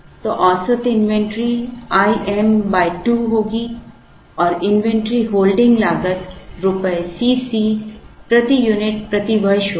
तो औसत inventory Im2 होगी और इन्वेंट्री होल्डिंग लागत रुपये Cc प्रति यूनिट प्रति वर्ष होगी